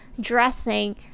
dressing